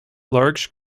large